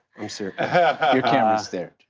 i'm serious. your camera's there,